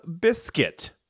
Biscuit